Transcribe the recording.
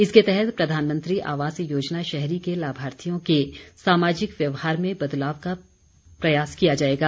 इसके तहत प्रधानमंत्री आवास योजना शहरी के लाभार्थियों के सामाजिक व्यवहार में बदलाव का प्रयास किया जाएगा